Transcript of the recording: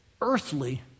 earthly